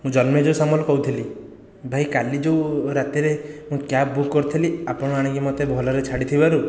ମୁଁ ଜନ୍ମେଞ୍ଜୟ ସାମଲ କହୁଥିଲି ଭାଇ କାଲି ଯେଉଁ ରାତିରେ ମୁଁ କ୍ୟାବ ବୁକ୍ କରିଥିଲି ଆପଣ ଆଣିକି ମୋତେ ଭଲରେ ଛାଡ଼ିଥିବାରୁ